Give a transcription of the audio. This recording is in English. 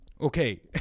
okay